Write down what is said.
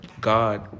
God